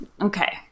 Okay